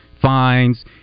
fines